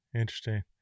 Interesting